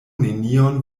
nenion